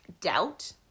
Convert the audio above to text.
doubt